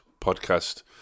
podcast